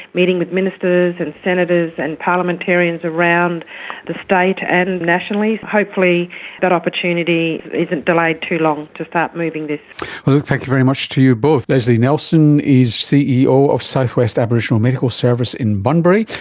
meeting with ministers and senators and parliamentarians around the state and nationally. hopefully that opportunity isn't delayed too long, to start moving this. thank you very much to you both. lesley nelson is ceo of south west aboriginal medical service in bunbury,